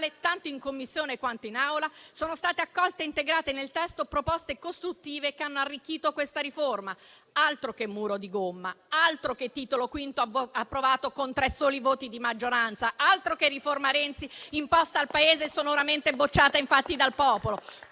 tanto in Commissione quanto in Aula, sono state accolte e integrate nel testo proposte costruttive che hanno arricchito questa riforma. Altro che muro di gomma! Altro che Titolo V approvato con tre soli voti di maggioranza! Altro che riforma Renzi in pasto al Paese e sonoramente bocciata, infatti, dal popolo!